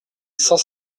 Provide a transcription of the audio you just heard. cent